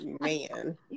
Man